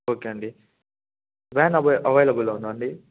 okay అండీ van అవై అవైలబుల్లో ఉందా అండీ